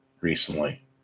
recently